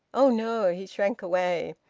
oh no! he shrank away.